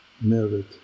merit